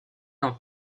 ans